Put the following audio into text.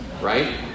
right